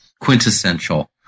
quintessential